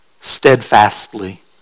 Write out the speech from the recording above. steadfastly